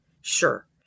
sure